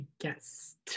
guest